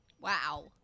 Wow